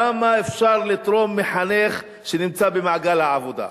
כמה אפשר לתרום על-ידי מחנך שנמצא במעגל העבודה?